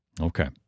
Okay